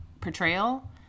portrayal